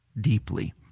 deeply